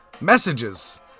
messages